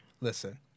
Listen